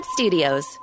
Studios